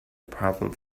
problem